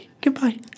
Goodbye